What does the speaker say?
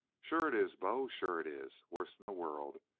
sure it is, bo sure it is! worst in the world.